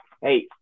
Hey